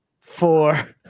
four